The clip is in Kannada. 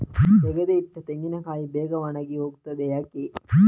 ತೆಗೆದು ಇಟ್ಟ ತೆಂಗಿನಕಾಯಿ ಬೇಗ ಒಣಗಿ ಹೋಗುತ್ತದೆ ಯಾಕೆ?